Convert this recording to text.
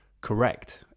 correct